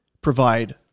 provide